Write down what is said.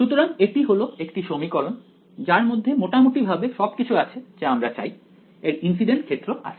সুতরাং এটি হলো একটি সমীকরণ যার মধ্যে মোটামুটি ভাবে সবকিছু আছে যা আমরা চাই এর ইনসিডেন্ট ক্ষেত্র আছে